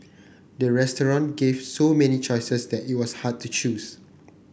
the restaurant gave so many choices that it was hard to choose